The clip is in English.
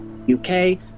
uk